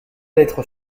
lettre